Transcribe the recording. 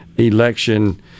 election